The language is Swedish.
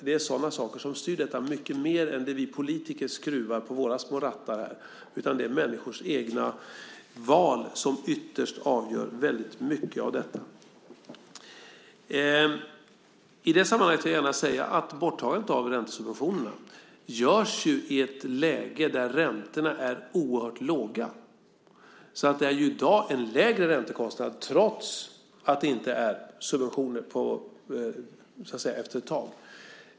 Det är sådana saker som styr detta mycket mer än det vi politiker skruvar fram på våra små rattar. Det är människors egna val som ytterst avgör mycket av detta. I det sammanhanget vill jag gärna säga att borttagandet av räntesubventionerna görs i ett läge där räntorna är oerhört låga. Räntekostnaden är lägre i dag trots att det inte är subventioner efter ett tag.